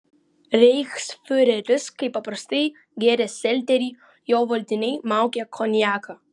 reichsfiureris kaip paprastai gėrė selterį jo valdiniai maukė konjaką